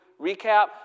recap